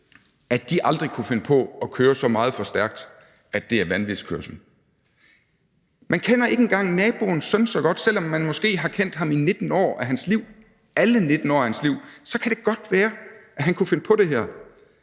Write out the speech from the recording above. at de aldrig kunne finde på at køre så meget for stærkt, at det er vanvidskørsel. Man kender ikke engang naboens søn så godt. Selv om man måske har kendt ham i alle 19 år af hans liv, kan det godt være, at han kunne finde på det her.